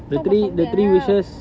talk about something else